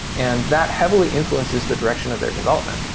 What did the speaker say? and that heavily influences the direction of their development.